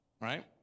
right